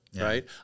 Right